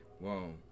whoa